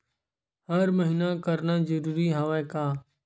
हर महीना करना जरूरी हवय का?